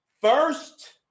First